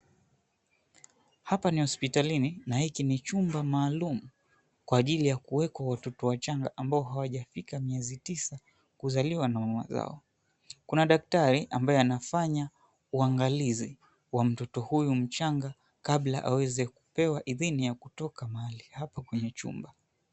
Hapa ni hospitalini na hiki ni chumba maalum kwa ajili ya kuwekwa watoto wachanga ambao hawajafika miezi tisa kuzaliwa na mama zao. Kuna daktari ambaye anafanya uangalizi wa mtoto huyu mchanga kabla aweze kupewa idhini ya kutoka mahali hapo kwenye chumba.